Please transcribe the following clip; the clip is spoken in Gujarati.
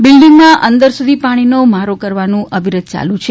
બિલ્ડીંગમાં અંદર સુધી પાણીનો મારો કરવાનું અવિરત યાલુ જ છે